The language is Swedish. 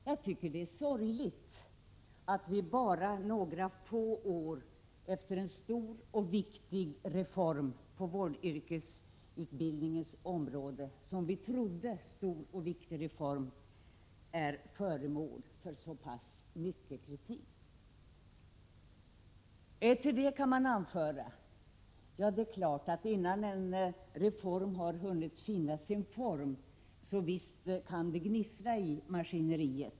Jag tycker att det är sorgligt att en, som vi trodde, stor och viktig reform på vårdyrkesutbildningens område är föremål för så pass mycket kritik bara några få år efter genomförandet. Till detta kan man anföra att det är klart att det kan gnissla i maskineriet innan en reform stabiliserat sig.